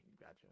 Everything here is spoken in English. Gotcha